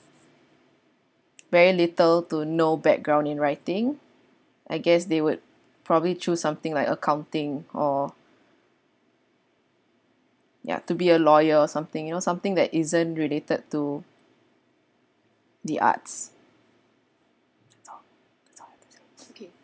very little to no background in writing I guess they would probably choose something like accounting or ya to be a lawyer or something you know something that isn't related to the arts